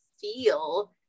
feel